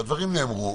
הדברים נאמרו,